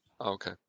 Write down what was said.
Okay